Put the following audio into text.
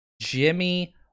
Jimmy